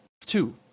Two